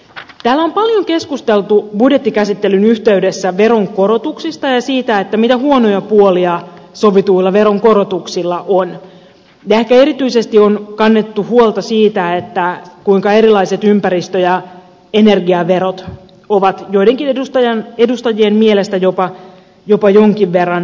täällä on paljon keskusteltu budjettikäsittelyn yhteydessä veronkorotuksista ja siitä mitä huonoja puolia sovituilla veronkorotuksilla on ja ehkä erityisesti on kannettu huolta siitä kuinka erilaiset ympäristö ja energiaverot ovat joidenkin edustajien mielestä jopa jonkin verran hirveitä